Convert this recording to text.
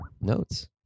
notes